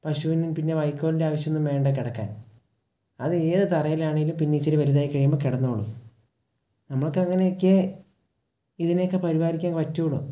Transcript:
പശുവിനും പിന്നെ വൈക്കോലിൻ്റെ ആവശ്യമൊന്നും വേണ്ട കിടക്കാൻ അത് ഏത് തറയിൽ ആണെങ്കിലും പിന്നെ ഈ ഇത്തിരി വലുതായി കഴിയുമ്പോൾ കിടന്നോളും നമ്മൾക്ക് അങ്ങനെയൊക്കെയേ ഇതിനെയൊക്കെ പരിപാലിക്കാൻ പറ്റുള്ളൂ